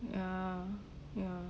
uh ya